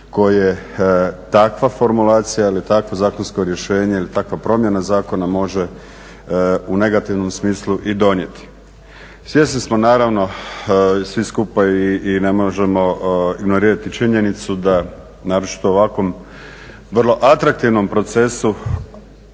koje takva formulacija ili takvo zakonsko rješenje ili takva promjena zakona može u negativnom smislu i donijeti. Svjesni smo naravno svi skupa i ne možemo ignorirati činjenicu da, naročito u ovakvom vrlo atraktivnom procesu